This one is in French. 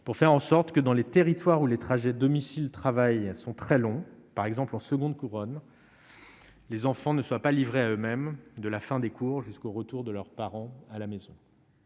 pour faire en sorte que dans les territoires où les trajets domicile travail sont très longs, par exemple en seconde couronne. Les enfants ne soient pas livrés à eux-mêmes de la fin des cours jusqu'au retour de leurs parents à la maison.